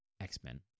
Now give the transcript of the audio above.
X-Men